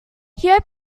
opened